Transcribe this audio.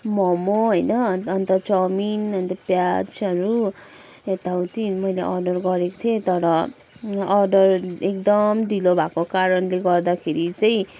मोमो होइन अन्त चाउमिन अन्त प्याजहरू यताउति मैले अर्डर गरेको थिएँ तर अर्डर एकदम ढिलो भएको कारणले गर्दाखेरि चाहिँ